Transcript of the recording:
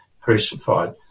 crucified